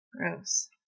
Gross